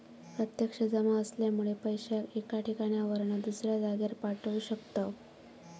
प्रत्यक्ष जमा असल्यामुळे पैशाक एका ठिकाणावरना दुसऱ्या जागेर पाठवू शकताव